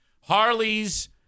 Harleys